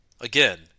again